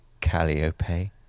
Calliope